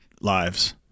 lives